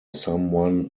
someone